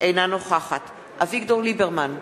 אינה נוכחת אביגדור ליברמן,